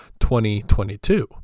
2022